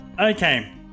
Okay